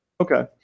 Okay